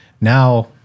now